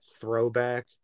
throwback